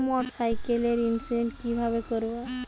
মোটরসাইকেলের ইন্সুরেন্স কিভাবে করব?